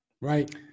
Right